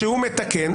שהוא מתקן.